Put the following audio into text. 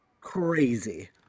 crazy